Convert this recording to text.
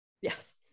Yes